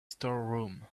storeroom